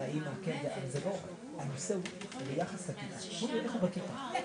ברשותכם אני גם רוצה להוסיף עוד משהו קטן אנחנו היום בקשר עם